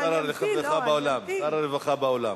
שר הרווחה באולם.